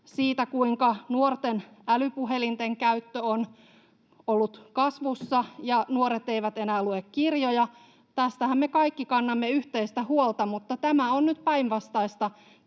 siitä, kuinka nuorten älypuhelinten käyttö on ollut kasvussa ja nuoret eivät enää lue kirjoja — tästähän me kaikki kannamme yhteistä huolta — mutta tämä on nyt päinvastaista